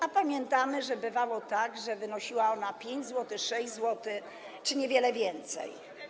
A pamiętamy, że bywało tak, że wynosiła ona 5 zł, 6 zł czy niewiele więcej.